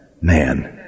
man